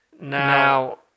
Now